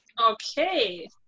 Okay